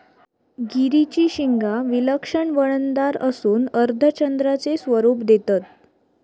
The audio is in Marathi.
गिरीची शिंगा विलक्षण वळणदार असून अर्धचंद्राचे स्वरूप देतत